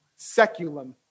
Seculum